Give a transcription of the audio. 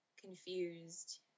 confused